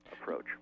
approach